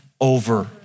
over